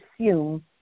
assume